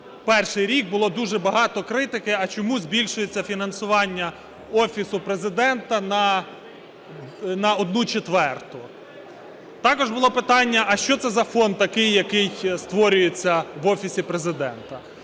2021 рік, було дуже багато критики – а чому збільшується фінансування Офісу Президента на одну четверту, також було питання – а що це за фонд такий, який створюється в Офісі Президента.